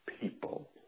people